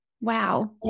wow